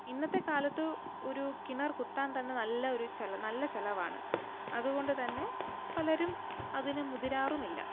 ഇന്നത്തെ കാലത്ത് ഒരു കിണർ കുത്താൻ തന്നെ നല്ല ഒരു നല്ല ചിലവാണ് അതുകൊണ്ടു തന്നെ പലരും അതിനു മുതിരാറുമില്ല